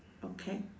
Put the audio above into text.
okay